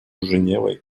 женевой